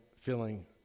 filling